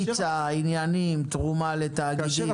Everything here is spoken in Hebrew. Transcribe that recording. פיצה, תרומה לתאגידים